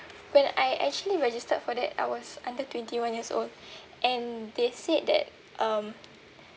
when I actually registered for that I was under twenty-one years old and they said that um